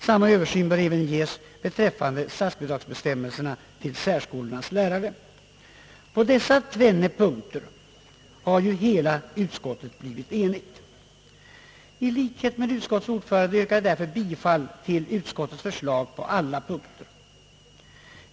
Samma översyn bör göras av statsbidragsbestämmelserna beträffande särskolornas lärare. På dessa tvenne punkter har utskottet blivit enigt. I likhet med utskottets ordförande yrkar jag därför bifall till utskottets förslag på alla punkter.